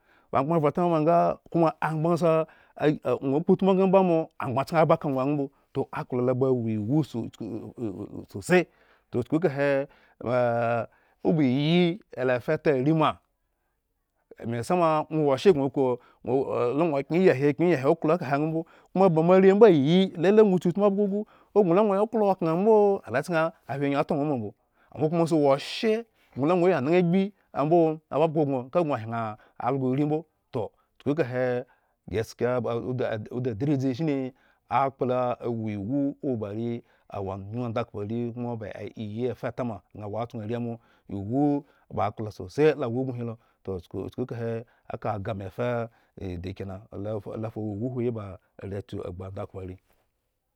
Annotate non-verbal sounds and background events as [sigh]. Ba amgban avhre. atamama nga koma amgban sa a e ŋwo kpotmu nga mbo amo amgbaŋ chken aba ka ŋwo ambo, toh akpla lo ba wo iwu so chuk [hesitation] sose toh chuku kahe [hesitation] obaiyii ela fata ari ma a mesame ŋwo wo she gŋo kpo gŋo la ŋwo woshe gŋo kpo gŋo la kyen yi ahe, kyen yi ahe oklo ekahe nga mbo, koma ba moare mbo ayi lele ŋwo yi klo okhren ambo arechko gŋo la ŋwo yu utmu abhgo gu ko gŋo la ŋwo yi klo okhere ambo koma sa wo oshye ba ŋwo sa lu maŋwo sa ya naŋha agbi ambi ambo babhgo gŋoka dŋo hyen algo ori mbo, toh chuku kahe gaskay ba ud ud udu adridzi shi ni akpla awu iwu oba are awoaŋyuŋ ndakhpo are koma ba iyii fatama gŋa wo atson are amo toh iwu ba akpla sose lowo ubin hi lo, toh chuku kahe kaka agah me fa edi kena, alo lo fa wo awo iwu uhuhiboare tsu gbu ndakhpo are.